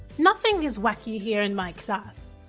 nothing is wacky here in my class!